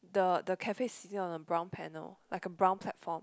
the the cafe is sitting on a brown panel like a brown platform